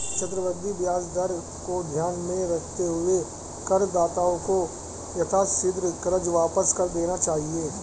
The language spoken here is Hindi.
चक्रवृद्धि ब्याज दर को ध्यान में रखते हुए करदाताओं को यथाशीघ्र कर्ज वापस कर देना चाहिए